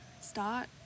Start